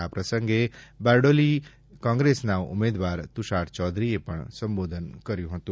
આ પ્રસંગે બારડોલી કોંગ્રેસના ઉમેદવાર તુષાર ચૌધરીએ પણ સંબોધન કર્યું હતું